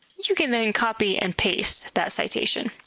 you can then copy and paste that citation.